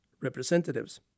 representatives